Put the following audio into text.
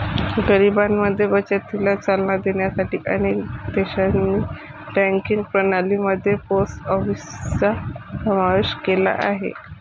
गरिबांमध्ये बचतीला चालना देण्यासाठी अनेक देशांनी बँकिंग प्रणाली मध्ये पोस्ट ऑफिसचा समावेश केला आहे